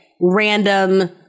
random